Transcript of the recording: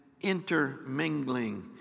intermingling